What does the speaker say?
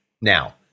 Now